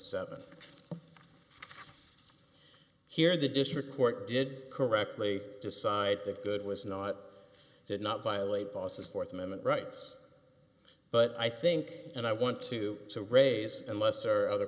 seven here the district court did correctly decide that good was not did not violate boss's th amendment rights but i think and i want to so raise and lesser other